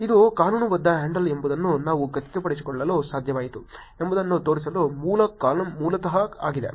ಇದು ಕಾನೂನುಬದ್ಧ ಹ್ಯಾಂಡಲ್ ಎಂಬುದನ್ನು ನಾವು ಖಚಿತಪಡಿಸಲು ಸಾಧ್ಯವಾಯಿತು ಎಂಬುದನ್ನು ತೋರಿಸಲು ಮೂಲ ಕಾಲಮ್ ಮೂಲತಃ ಆಗಿದೆ